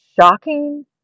shocking